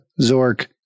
Zork